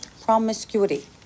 promiscuity